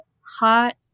hot